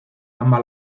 ama